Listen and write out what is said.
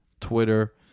twitter